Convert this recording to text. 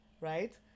right